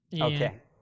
Okay